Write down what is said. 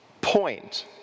point